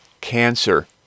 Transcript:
cancer